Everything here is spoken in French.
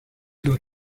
doit